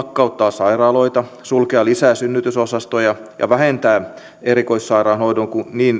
sairaaloita sulkea lisää synnytysosastoja ja vähentää niin erikoissairaanhoidon kuin perusterveydenhuollonkin